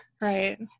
Right